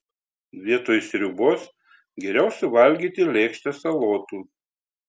vietoj sriubos geriau suvalgyti lėkštę salotų